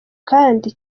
kandi